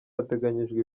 hateganyijwe